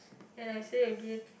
and I say again